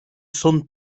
són